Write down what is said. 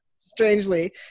strangely